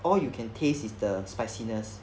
all you can taste is the spiciness